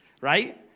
right